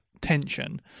tension